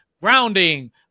grounding